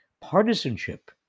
partisanship